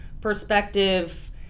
perspective